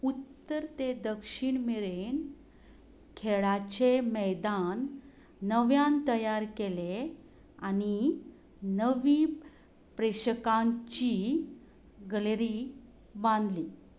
उत्तर ते दक्षिण मेरेन खेळाचे मैदान नव्यान तयार केले आनी नवी प्रेक्षकांची गलेरी बांदली